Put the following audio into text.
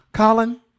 Colin